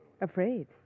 Afraid